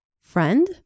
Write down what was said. friend